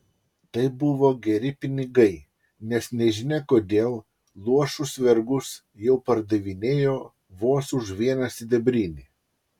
tai buvo geri pinigai nes nežinia kodėl luošus vergus jau pardavinėjo vos už vieną sidabrinį